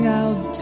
out